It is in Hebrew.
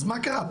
אז מה קרה,